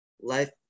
life